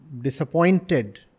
disappointed